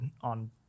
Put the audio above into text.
on